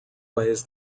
ways